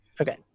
okay